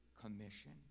commission